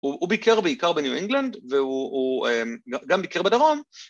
‫הוא ביקר בעיקר בניו-אינגלנד ‫והוא גם ביקר בדרום.